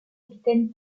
capitaine